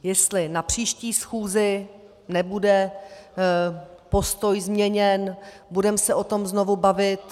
Jestli na příští schůzi nebude postoj změněn, budeme se o tom znovu bavit.